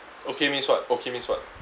okay means what okay means what